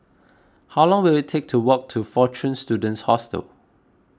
how long will it take to walk to fortune Students Hostel